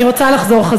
אני רוצה לחזור.